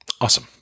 Awesome